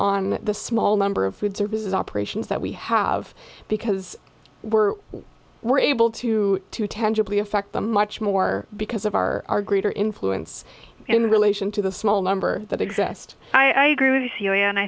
on the small number of food services operations that we have because we're we're able to to tangibly affect them much more because of our greater influence in relation to the small number that exist i agree with you and i